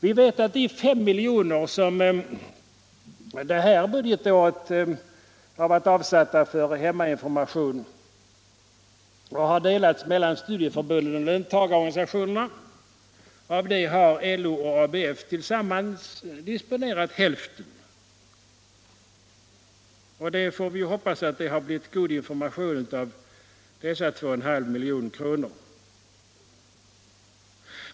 Vi vet att de 5 miljoner som under det här budgetåret varit avsatta för hemmainformation delats mellan studieförbunden och löntagarorganisationerna, varav LO och ABF tillsammans disponerat hälften. Vi får hoppas att det har blivit god information av dessa 2,5 milj.kr.